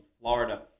Florida